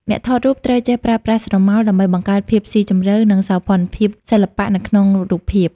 អ្នកថតរូបត្រូវចេះប្រើប្រាស់ស្រមោល ដើម្បីបង្កើតភាពស៊ីជម្រៅ និងសោភ័ណភាពសិល្បៈនៅក្នុងរូបភាព។